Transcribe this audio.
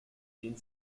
lehnt